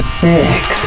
fix